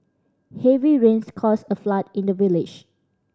heavy rains caused a flood in the village